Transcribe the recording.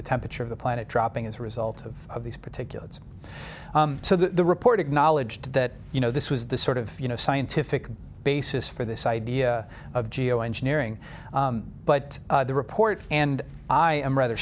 the temperature of the planet dropping as a result of these particulate so the report acknowledged that you know this was the sort of you know scientific basis for this idea of geo engineering but the report and i am rather